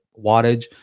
wattage